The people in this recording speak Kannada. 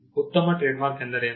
ಉತ್ತಮ ಟ್ರೇಡ್ಮಾರ್ಕ್ ಎಂದರೇನು